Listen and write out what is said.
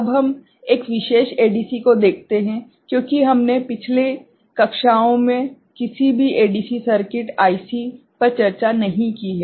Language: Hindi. अब हम एक विशेष एडीसी को देखते हैं क्योंकि हमने पिछली कक्षाओं में किसी भी एडीसी सर्किट आईसी पर चर्चा नहीं की है